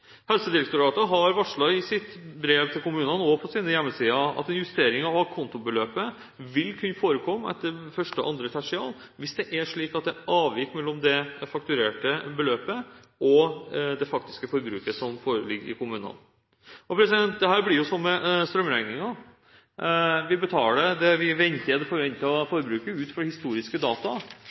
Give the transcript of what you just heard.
Helsedirektoratet har i sitt brev til kommunene, og på sine hjemmesider, varslet at justeringer av a konto-beløpet vil kunne forekomme etter første og andre tertial, hvis det er avvik mellom det fakturerte beløpet og det faktiske forbruket som foreligger i kommunene. Dette blir jo som med strømregningen: Vi betaler for det forventede forbruket ut fra historiske data.